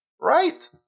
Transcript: right